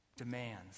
Demands